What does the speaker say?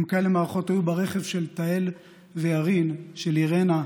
אם כאלה מערכות היו ברכב של תהל וירין, של אירנה,